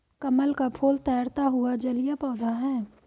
कमल का फूल तैरता हुआ जलीय पौधा है